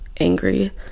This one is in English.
angry